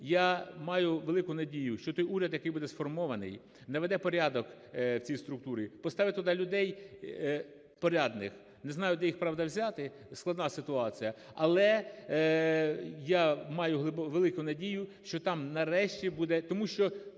я маю велику надію, що той уряд, який буде сформований, наведе порядок в цій структурі, поставить туди людей порядних. Не знаю де їх, правда, взяти – складна ситуація; але я маю велику надію, що там нарешті буде…